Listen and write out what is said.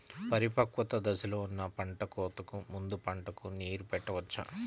పరిపక్వత దశలో ఉన్న పంట కోతకు ముందు పంటకు నీరు పెట్టవచ్చా?